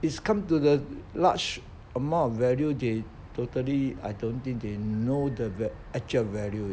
is come to the large amount of value they totally I don't think they know the va~ the actual value